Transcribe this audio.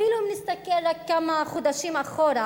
אפילו אם נסתכל עוד כמה חודשים אחורה,